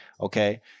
Okay